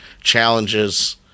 challenges